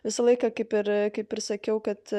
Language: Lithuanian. visą laiką kaip ir kaip prisakiau kad